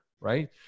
Right